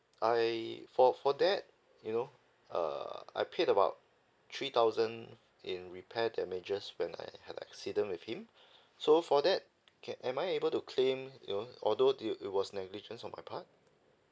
I for for that you know err I paid about three thousand in repair damages when I had accident with him so for that can am I able to claim you know although due it was negligence on my part